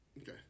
okay